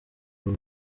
b’u